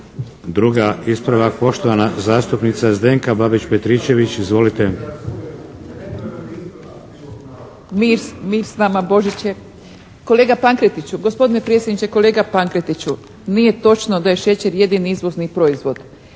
Druga. Ispravak poštovana zastupnica Zdenka Babić Petričević. Izvolite. **Babić-Petričević, Zdenka (HDZ)** Mir s vama! Božić je! Kolega Pankretiću, gospodine predsjedniče. Kolega Pankretiću nije točno da je šećer jedini izvozni proizvod.